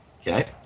Okay